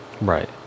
Right